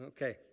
Okay